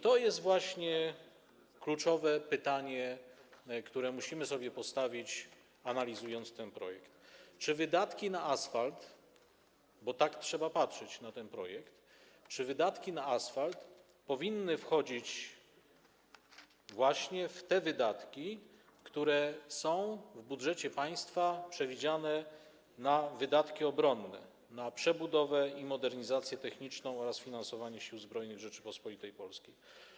To jest właśnie kluczowe pytanie, które musimy sobie postawić, analizując ten projekt: Czy wydatki na asfalt, bo tak trzeba patrzeć na ten projekt, powinny zaliczać się właśnie do wydatków, które są w budżecie państwa przewidziane na wydatki obronne, na przebudowę i modernizację techniczną oraz finansowanie Sił Zbrojnych Rzeczypospolitej Polskiej?